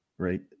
Right